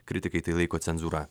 kritikai tai laiko cenzūra